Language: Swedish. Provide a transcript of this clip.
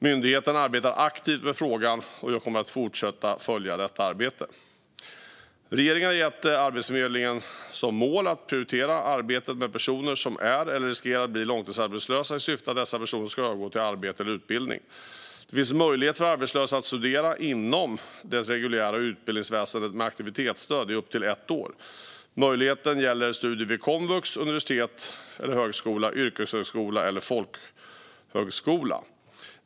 Myndigheten arbetar aktivt med frågan, och jag kommer att fortsätta följa detta arbete. Regeringen har gett Arbetsförmedlingen som mål att prioritera arbetet med personer som är eller riskerar att bli långtidsarbetslösa i syfte att dessa personer ska övergå till arbete eller utbildning . Det finns möjlighet för arbetslösa att studera inom det reguljära utbildningsväsendet med aktivitetsstöd i upp till ett år. Möjligheten gäller studier vid komvux, universitet eller högskola, yrkeshögskolan och folkhögskolan.